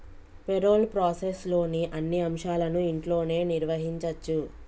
payroll ప్రాసెస్లోని అన్ని అంశాలను ఇంట్లోనే నిర్వహించచ్చు